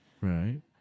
Right